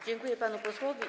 Dziękuję panu posłowi.